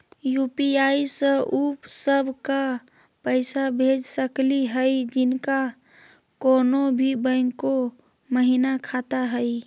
UPI स उ सब क पैसा भेज सकली हई जिनका कोनो भी बैंको महिना खाता हई?